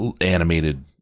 animated